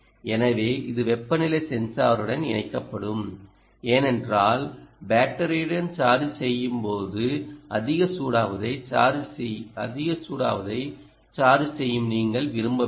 எனவே இது வெப்பநிலை சென்சாருடன் இணைக்கப்படும் ஏனென்றால் பேட்டரியுடன் சார்ஜ் செய்யும் போது அதிக சூடாவதை சார்ஜ் செய்ய நீங்கள் விரும்பவில்லை